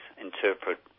interpret